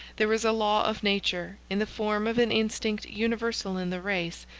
there is a law of nature, in the form of an instinct universal in the race,